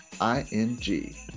I-N-G